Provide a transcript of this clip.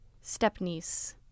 step-niece